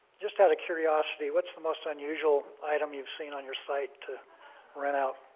just out of curiosity. what's the most unusual item you've seen on your site to rent out?